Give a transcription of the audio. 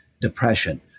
depression